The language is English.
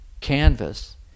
canvas